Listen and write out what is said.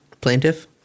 Plaintiff